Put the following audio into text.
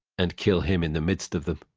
and kill him in the midst of them.